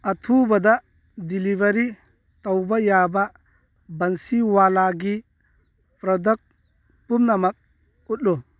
ꯑꯊꯨꯕꯗ ꯗꯤꯂꯤꯚꯔꯤ ꯇꯧꯕ ꯌꯥꯕ ꯕꯟꯁꯤꯋꯥꯂꯥꯒꯤ ꯄ꯭ꯔꯗꯛ ꯄꯨꯝꯅꯃꯛ ꯎꯠꯂꯨ